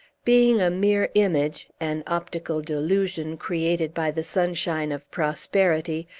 being a mere image, an optical delusion, created by the sunshine of prosperity,